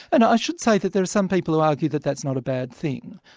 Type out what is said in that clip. and i should say that there are some people who argue that that's not a bad thing.